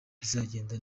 izagenda